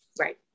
Right